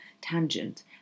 tangent